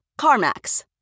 CarMax